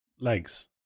legs